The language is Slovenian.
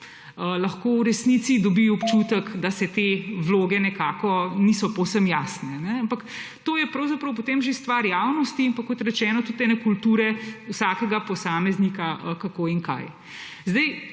lahko v resnici dobi občutek, da te vloge nekako niso povsem jasne. Ampak to je potem že stvar javnosti in, kot rečeno, tudi ene kulture vsakega posameznika, kako in kaj.